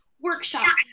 workshops